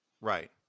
Right